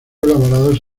elaborados